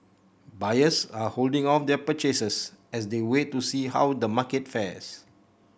buyers are holding off their purchases as they wait to see how the market fares